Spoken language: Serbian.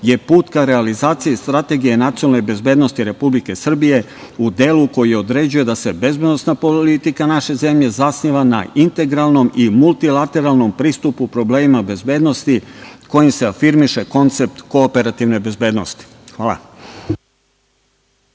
je put ka realizaciji strategije nacionalne bezbednosti Republike Srbije u delu koji određuje da se bezbednosna politika naše zemlje zasniva na integralnom i multilateralnom pristupu problemima bezbednosti kojim se afirmiše koncept kooperativne bezbednosti. Hvala.